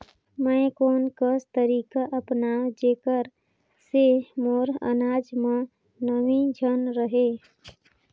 मैं कोन कस तरीका अपनाओं जेकर से मोर अनाज म नमी झन रहे?